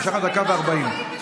נשארה לך דקה ו-40 שניות.